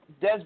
Des